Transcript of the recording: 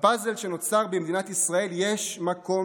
--- בפאזל שנוצר במדינת ישראל יש מקום